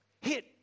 hit